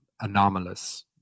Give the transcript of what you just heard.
anomalous